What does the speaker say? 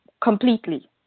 completely